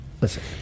listen